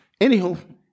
Anywho